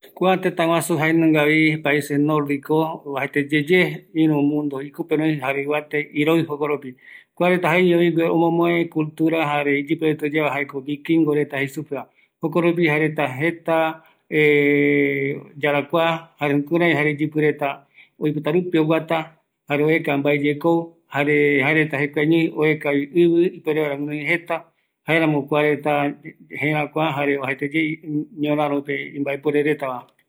﻿Kua tëtä guasu jaenungavi paises Nordiko, oajaete yeye iru mundo ikupere oï, oajaete iroi jokoropi, kuareta jae kuareta jaeñovi, gue omomoe cultura jare iyipi reta oyapo jaeko vikingo reta jei supeva, jokoropi jaereta jeta yarakua jare jukuri iyipi reta oipotarupi oguata, jare oeka mbaeyekou, jare jaereta jekuaeñoi oeka ivi ipuere vaera guinoi jeta, jaeramo kua reta jerakua jare oajaeteye ñorarope imbaepuere retava